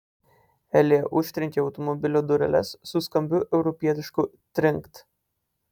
elė užtrenkė automobilio dureles su skambiu europietišku trinkt